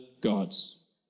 gods